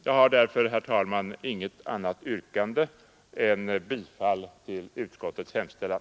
Jag har därför, herr talman, inget annat yrkande än om bifall till utskottets hemställan.